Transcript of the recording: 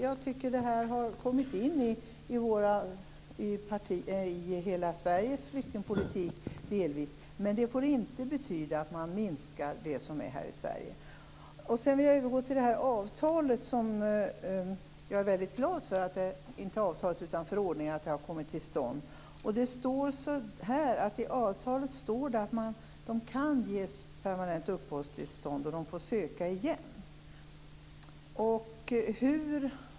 Jag tycker att dessa ord delvis har präglat hela Sveriges flyktingpolitik, men det får inte betyda att man minskar det antal som får komma hit till Sverige. Jag är väldigt glad för att förordningen har kommit till stånd. Det står att flyktingarna kan ges permanent uppehållstillstånd, och att de får söka igen.